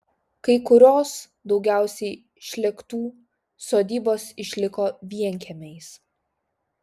kai kurios daugiausiai šlėktų sodybos išliko vienkiemiais